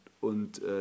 und